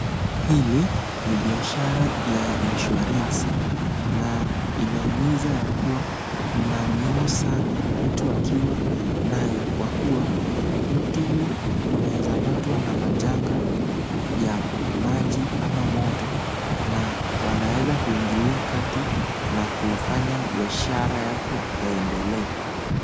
Hili ni biashara ya Insurance na inahimiza ya kua nila muhimu sana mtu akiwa nayo kwa kua mtu unaweza patwa majangwa ya maji ama moto na wanaweza kuingilia kati na kufanya biashara lako iendelee.